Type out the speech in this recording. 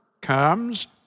comes